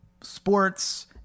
sports